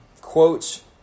quotes